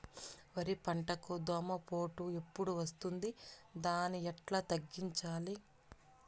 వరి పంటకు దోమపోటు ఎప్పుడు వస్తుంది దాన్ని ఎట్లా తగ్గించాలి?